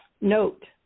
note